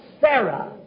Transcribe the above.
Sarah